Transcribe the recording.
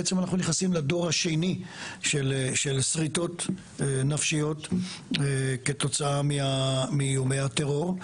בעצם אנחנו נכנסים לדור השני של שריטות נפשיות כתוצאה מאיומי הטרור.